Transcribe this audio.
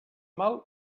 mal